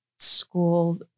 school